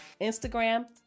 Instagram